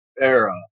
era